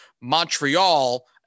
Montreal